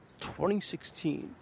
2016